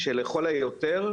שלכל היותר,